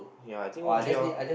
ya I think O_G_L